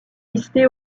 listée